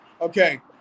Okay